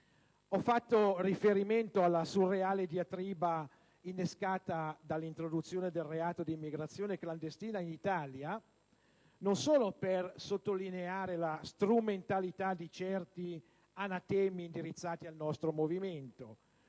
Ho fatto riferimento alla surreale diatriba innescata dall'introduzione del reato di immigrazione clandestina in Italia, non solo per sottolineare la strumentalità di certi anatemi indirizzati al nostro movimento,